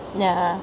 ya